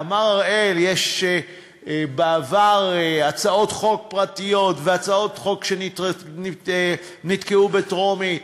אמר אראל שהיו בעבר הצעות חוק פרטיות והצעות חוק שנתקעו בטרומית.